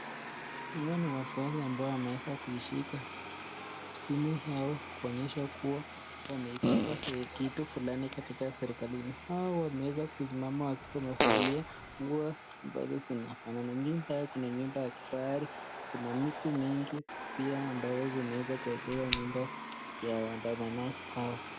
Hawa ni wafuasi ambao wameeza kuishika simu yao kuonyesha kuwa wameikosa kitu fulani katika serikalini hao wameeza kusimama wakiwa wamevalia nguo ambazo zinafanana, nyuma yake kuna nyumba ya kifahari kuna mti nyingi pia ambazo zimeweza kuekezwa nyuma ya waandamanaji hawa.